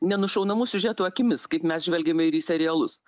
nenušaunamų siužetų akimis kaip mes žvelgiame į serialus